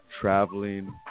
traveling